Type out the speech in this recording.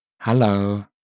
hello